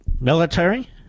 military